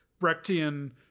Brechtian